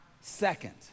second